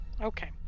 Okay